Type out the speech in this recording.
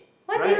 right